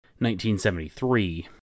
1973